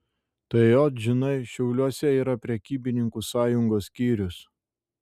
tai ot žinai šiauliuose yra prekybininkų sąjungos skyrius